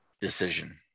decision